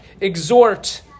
exhort